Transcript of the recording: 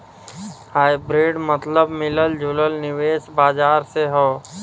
hybrid मतबल मिलल जुलल निवेश बाजार से हौ